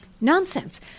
Nonsense